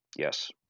Yes